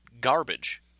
garbage